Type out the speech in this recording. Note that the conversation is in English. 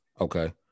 Okay